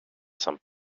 some